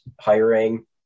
hiring